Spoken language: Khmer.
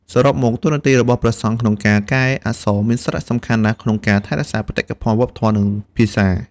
សរុបមក តួនាទីរបស់ព្រះសង្ឃក្នុងការកែអក្សរមានសារៈសំខាន់ណាស់ក្នុងការ ថែរក្សាបេតិកភណ្ឌវប្បធម៌ និងភាសា។